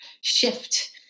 shift